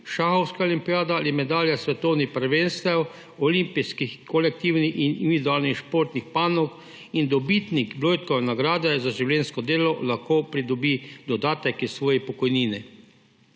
šahovske olimpijade ali medalje s svetovnih prvenstev olimpijskih kolektivnih in individualnih športnih panog in dobitnik Bloudkove nagrade za življenjsko delo, lahko pridobi dodatek k svoji pokojnini.